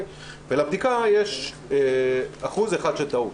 ולבדיקה יש אחוז אחד של טעות,